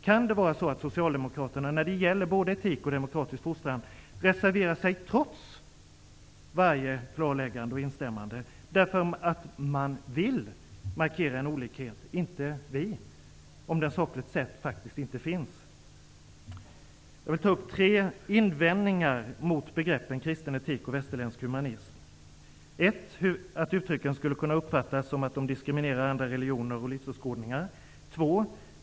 Kan det vara så att Socialdemokraterna när det gäller både etik och demokratisk fostran reserverar sig trots varje klarläggande och instämmande, därför att man vill markera en olikhet, om den också sakligt sett inte finns? Jag vill ta upp tre invändningar mot begreppen 1. Uttrycken skulle kunna uppfattas som att de diskriminerar andra religioner och livsåskådningar. 2.